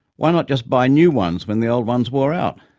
why not just buy new ones when the old ones wore out?